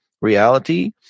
reality